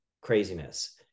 craziness